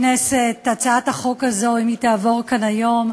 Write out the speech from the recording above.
אם היא תעבור כאן היום,